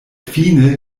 fine